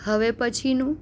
હવે પછીનું